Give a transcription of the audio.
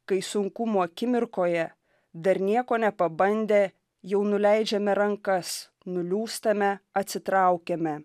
kai sunkumų akimirkoje dar nieko nepabandę jau nuleidžiame rankas nuliūstame atsitraukiame